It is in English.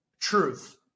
truth